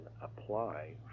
apply